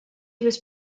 was